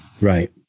right